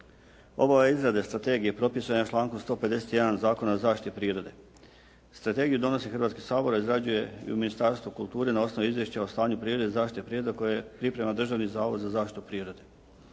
Obaveza izrade strategije propisana je člankom 151. Zakona o zaštiti prirode. Strategiju donosi Hrvatski sabor, a izrađuje je Ministarstvo kulture na osnovi izvješća o stanju prirode i zaštite prirode koju priprema Državni zavod za zaštitu prirode.